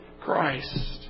Christ